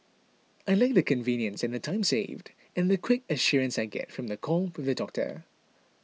I like the convenience and time saved and the quick assurance I get from the call with the doctor